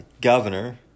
governor